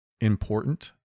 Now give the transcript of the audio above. important